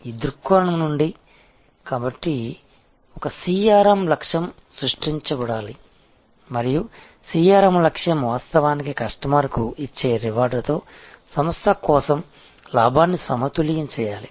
ఈ దృక్కోణం నుండి కాబట్టి ఒక CRM లక్ష్యం సృష్టించబడాలి మరియు CRM లక్ష్యం వాస్తవానికి కస్టమర్కు ఇచ్చే రివార్డ్తో సంస్థ కోసం లాభాన్ని సమతుల్యం చేయాలి